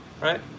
right